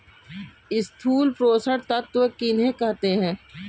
स्थूल पोषक तत्व किन्हें कहते हैं?